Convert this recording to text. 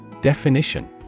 Definition